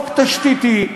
חוק תשתיתי,